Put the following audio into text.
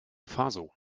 faso